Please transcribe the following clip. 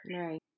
Right